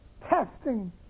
testing